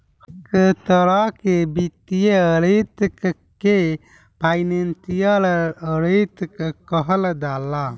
हरेक तरह के वित्तीय रिस्क के फाइनेंशियल रिस्क कहल जाला